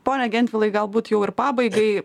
pone gentvilai galbūt jau ir pabaigai